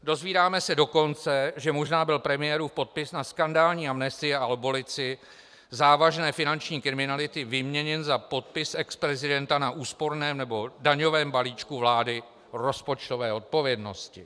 Dozvídáme se dokonce, že možná byl premiérův podpis na skandální amnestii a abolici závažné finanční kriminality vyměněn za podpis exprezidenta na úsporném, nebo daňovém, balíčku vlády rozpočtové odpovědnosti.